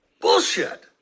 Bullshit